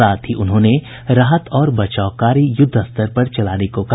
साथ ही उन्होंने राहत और बचाव कार्य युद्धस्तर पर चलाने को कहा